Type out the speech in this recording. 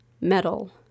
metal